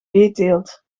veeteelt